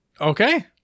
Okay